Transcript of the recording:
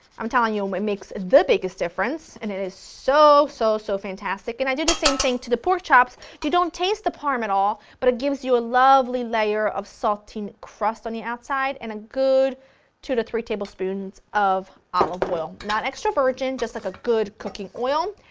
i'm telling you um it makes the biggest difference and it is so so, so fantastic, and i do the same thing to the pork chops, you don't taste the parm at all, but it gives you a lovely layer of salty and crust on the outside and a good two to three tablespoons of olive oil, not extra virgin, just like a good cooking oil.